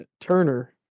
Turner